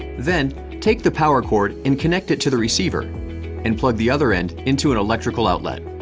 then take the power cord and connect it to the receiver and plug the other end into an electrical outlet.